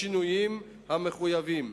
בשינויים המחויבים.